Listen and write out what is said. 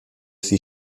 sie